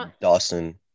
Dawson